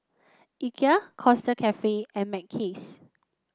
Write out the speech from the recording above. Ikea Costa Coffee and Mackays